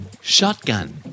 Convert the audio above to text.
shotgun